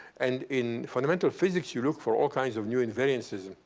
and in fundamental physics, you look for all kinds of new invariances.